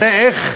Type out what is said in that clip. זה איך